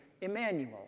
Emmanuel